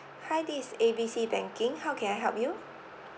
hi this is A B C banking how can I help you